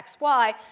xy